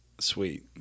sweet